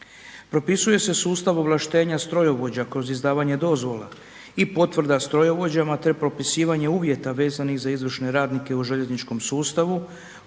Propisuje se sustav ovlaštenja strojovođa kroz izdavanje dozvola i potvrda strojovođama te propisivanje uvjeta vezanih za izvršne radnike u željezničkom sustavu